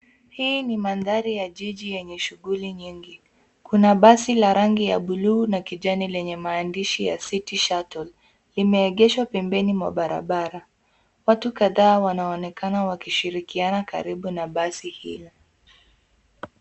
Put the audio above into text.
Hii ni mandhari ya jiji yenye shughuli nyingi. Kuna basi la rangi ya buluu na kijani lenye maandishi ya City Shuttle . Limeegeshwa pembeni mwa barabara, watu kadhaa wanaonekana wakishirikiana karibu na basi hili.